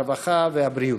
הרווחה והבריאות.